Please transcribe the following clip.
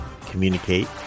communicate